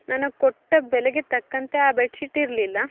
ನಾನು ಕೊಟ್ಟ ಬೆಲೆಗೆ ತಕ್ಕಂತೆ ಆ ಬೆಡ್ಶೀಟ್ ಇರಲಿಲ್ಲ